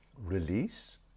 release